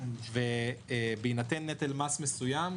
ובהינתן נטל מס מסוים,